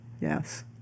yes